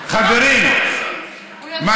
חברים, חברים, מה?